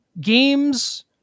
games